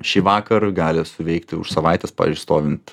šįvakar gali suveikti už savaitės pavyzdžiui stovint